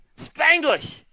Spanglish